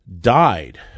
died